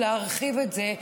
ולהרחיב את זה,